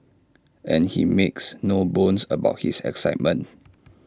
and he makes no bones about his excitement